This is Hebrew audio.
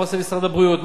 מה עושה משרד הבריאות,